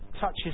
touches